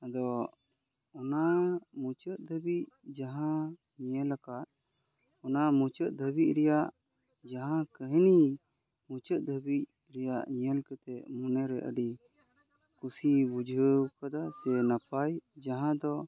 ᱟᱫᱚ ᱚᱱᱟ ᱢᱩᱪᱟᱹᱫ ᱫᱷᱟᱹᱵᱤᱡ ᱡᱟᱦᱟᱸ ᱧᱮᱞ ᱟᱠᱟᱫ ᱚᱱᱟ ᱢᱩᱪᱟᱹᱫ ᱫᱷᱟᱹᱵᱤᱡ ᱨᱮᱭᱟᱜ ᱡᱟᱦᱟᱸ ᱠᱟᱹᱦᱱᱤ ᱢᱩᱪᱟᱹᱫ ᱫᱷᱟᱹᱵᱤᱡ ᱨᱮᱭᱟᱜ ᱧᱮᱞ ᱠᱟᱛᱮᱫ ᱢᱚᱱᱮ ᱨᱮ ᱟᱹᱰᱤ ᱠᱩᱥᱤ ᱵᱩᱡᱷᱟᱹᱣ ᱟᱠᱟᱫᱟᱹᱧ ᱥᱮ ᱱᱟᱯᱟᱭ ᱡᱟᱦᱟᱸ ᱫᱚ